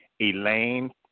Elaine